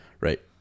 right